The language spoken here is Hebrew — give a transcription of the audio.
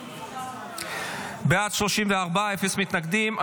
בעד, 34, אפס מתנגדים.